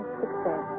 success